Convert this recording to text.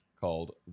called